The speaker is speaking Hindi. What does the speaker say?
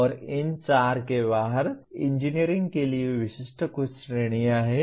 और इन चार के बाहर इंजीनियरिंग के लिए विशिष्ट कुछ श्रेणियां हैं